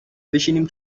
بشینیم